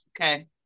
Okay